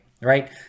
right